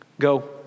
go